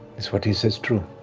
is what he says true?